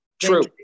true